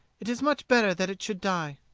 it is much better that it should die.